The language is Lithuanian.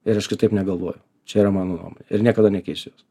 ir aš kitaip negalvoju čia yra mano nuomonė ir niekada nekeisiu jos